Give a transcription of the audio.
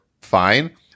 fine